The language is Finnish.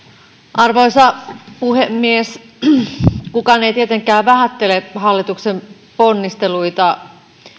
arvoisa puhemies kukaan ei tietenkään vähättele hallituksen ponnisteluita